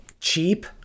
cheap